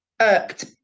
irked